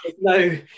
no